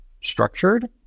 structured